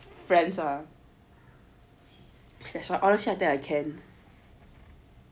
friends lah that's why honestly I tell you I can